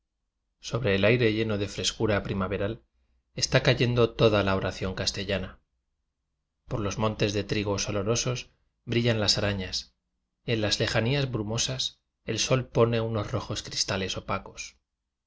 obre el aire lleno de frescura primave ral esfá cayendo foda la oración castellana por los montes de trigos olorosos brillan las arañas y en las lejanías brumosas el sol pone unos rojos cristales opacos